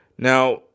Now